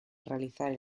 realizar